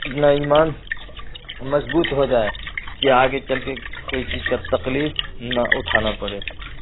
اپنا ایمان مضبوط ہو جائے کہ آگے چل کے کوئی چیز کا تکلیف نہ اٹھانا پڑے